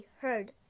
heard